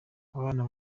abana